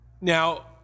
Now